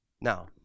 Now